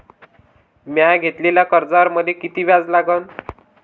म्या घेतलेल्या कर्जावर मले किती व्याज लागन?